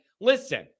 listen